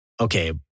okay